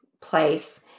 place